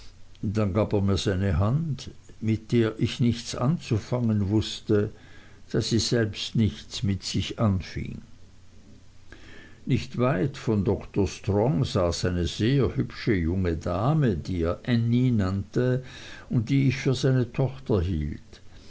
seine hand mit der ich nichts anzufangen wußte da sie selbst nichts mit sich anfing nicht weit von dr strong saß eine sehr hübsche junge dame die er ännie nannte und die ich für seine tochter hielt